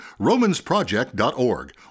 RomansProject.org